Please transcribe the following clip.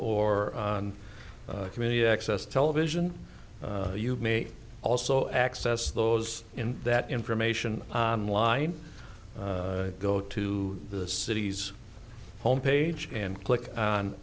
or community access television you may also access those in that information on line go to the cities home page and click on